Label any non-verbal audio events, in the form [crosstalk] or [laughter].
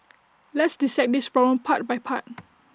let's dissect this problem part by part [noise]